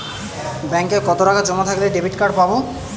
ব্যাঙ্কে কতটাকা জমা থাকলে ডেবিটকার্ড পাব?